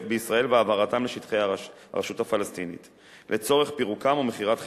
בישראל והעברתם לשטחי הרשות הפלסטינית לצורך פירוקם ומכירת חלקיהם,